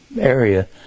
area